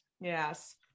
Yes